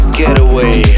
getaway